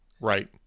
Right